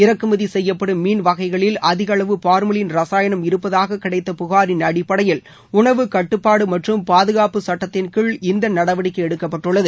இறக்குமதி செய்யப்படும் மீன் வகைகளில் அதிக அளவு பார்மலின் ரசாயனம் இருப்பதாக கிடைத்த புகாரின் அடிப்படையில் உணவு கட்டுப்பாடு மற்றும் பாதுகாப்பு சட்டத்தின்கிழ் இந்த நடவடிக்கை எடுக்கப்பட்டுள்ளது